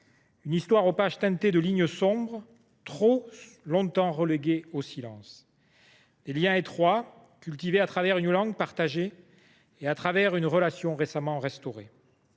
une histoire aux pages teintées de lignes sombres, trop longtemps tue ; des liens étroits, cultivés à travers une langue partagée et à travers une relation récemment restaurée.